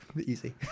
easy